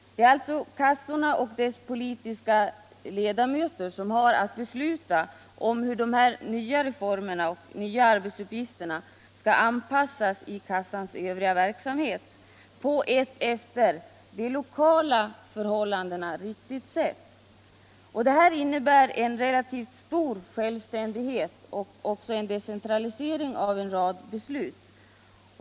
Det är alltså kassorna och deras politiska ledamöter som har att besluta om hur de här reformerna och nya arbetsuppgifterna skall anpassas till kassans övriga verksamhet på ett efter de lokala förhållandena riktigt sätt. Det här innebär en relativt stor självständighet och även en decentralisering av en rad beslut.